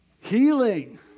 Healing